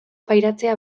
pairatzea